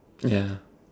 ya